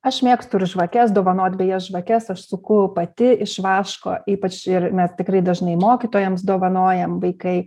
aš mėgstu ir žvakes dovanot beje žvakes aš suku pati iš vaško ypač ir mes tikrai dažnai mokytojams dovanojam vaikai